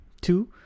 Two